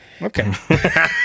Okay